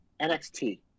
nxt